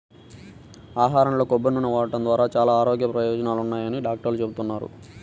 ఆహారంలో కొబ్బరి నూనె వాడటం ద్వారా చాలా ఆరోగ్య ప్రయోజనాలున్నాయని డాక్టర్లు చెబుతున్నారు